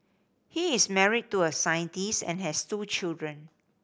he is married to a scientist and has two children